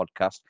podcast